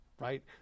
right